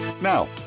Now